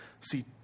See